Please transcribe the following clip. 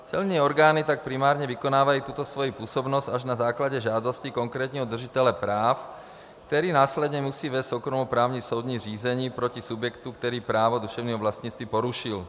Celní orgány tak primárně vykonávají tuto svoji působnost až na základě žádosti konkrétního držitele práv, který následně musí vést soukromoprávní soudní řízení proti subjektu, který právo duševního vlastnictví porušil.